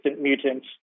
mutants